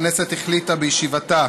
הכנסת החליטה בישיבתה